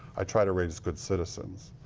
i try to raise good citizens.